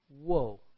whoa